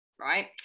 right